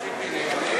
ציפי לבני